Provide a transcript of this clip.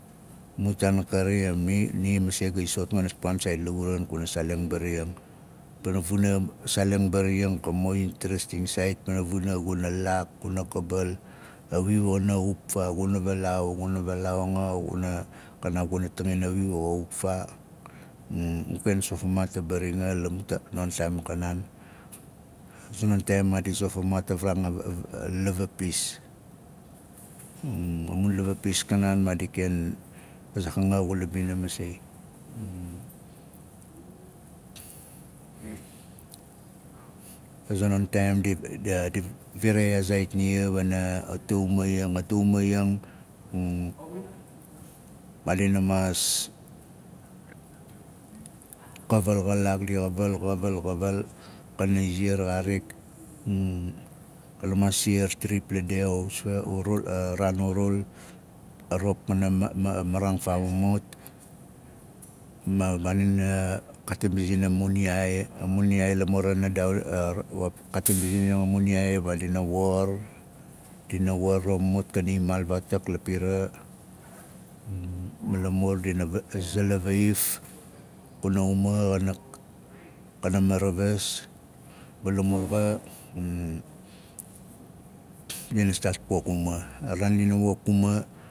Mu taan a kari em mi- ni masei ga isoxot ganat paan sait la uran kuma saaleng mbari ang, pana vung saaleng ion bari ang ka mo intarasting saait. pana vuna, guna kabal, a wu xana xup faa, guna valaau, guna valaau anga xuna kanaaf guna tangin a wiun xa xup faa. Gu ken sop fa maat a bari nga la mu taa- non taan a kanaan. A za non taaim maadi zop famaat a varaanga a- a- a lva pis a mun lava pis kanaan, maadi ken fazaak anga, xula bina masei a za non taaim dia- a viraai yaa zaait ia wana adauma iyang a daumayang madiana mass kaval xalaak, di xaval, xaval, xaval kana iziar xaarik kana maas siar tripla de o usfa urul a raan urul a rop kana mal- ma- maraang faa mumut, ma maadina katin pizin a mun yaii a mun yaai. madina worr, dina wor ra mumut kana imaal faa tak la pira, ma lamur duna ka zala vaif kuma uma xanak kana maravas, ma lamur xa dina staat pok uma. A raan dina wok uma,